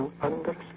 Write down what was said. Understand